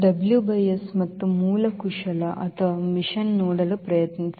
WS ಮತ್ತು ಮೂಲ ಕುಶಲ ಅಥವಾ ಮಿಷನ್ ನೋಡಲು ಪ್ರಯತ್ನಿಸಿ